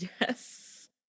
yes